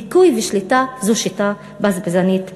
דיכוי ושליטה זו שיטה בזבזנית מאוד.